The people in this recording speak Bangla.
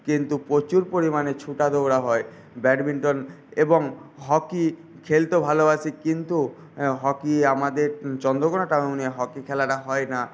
কিন্তু প্রচুর পরিমাণে ছোটা দৌড়া হয় ব্যাডমিন্টন এবং হকি খেলতেও ভালোবাসি কিন্তু হকি আমাদের চন্দ্রকোণা টাউনে হকি খেলাটা হয়না